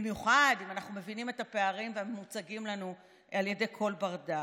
במיוחד אם אנחנו מבינים את הפערים המוצגים לנו על ידי כל בר-דעת.